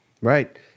Right